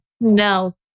No